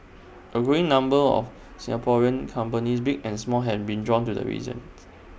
A growing number of Singaporean companies big and small have been drawn to the reasons